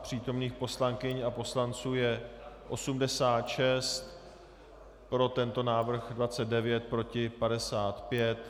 Přítomných poslankyň a poslanců je 86, pro tento návrh 29, proti 55.